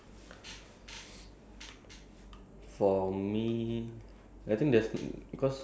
ya today is my nineteenth day working this this whole month I've been working straight